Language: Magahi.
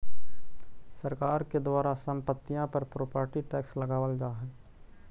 सरकार के द्वारा संपत्तिय पर प्रॉपर्टी टैक्स लगावल जा हई